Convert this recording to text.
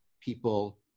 people